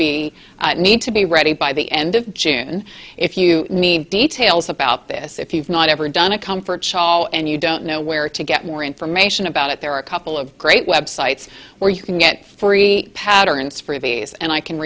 be need to be ready by the end of june if you need details about this if you've not ever done a comfort show and you don't know where to get more information about it there are a couple of great websites where you can get free patterns for these and i can